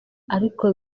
ariko